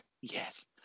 Yes